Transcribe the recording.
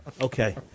okay